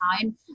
time